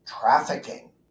trafficking